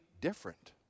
different